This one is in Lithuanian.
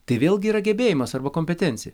tai vėlgi yra gebėjimas arba kompetencija